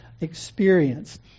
experience